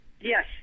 Yes